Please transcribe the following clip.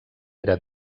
era